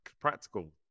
practical